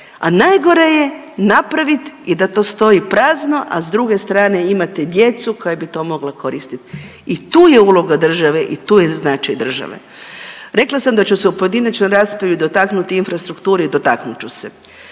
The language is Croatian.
a najgore je napravit i da to stoji prazno, a s druge strane imate djecu koja bi to mogla koristit i tu je uloga države i tu je značaj države. Rekla sam da ću se u pojedinačnoj raspravi dotaknuti infrastrukture i dotaknut ću se.